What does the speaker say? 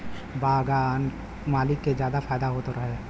बगान मालिक के जादा फायदा होत रहे